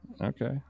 Okay